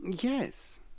Yes